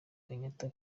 kenyatta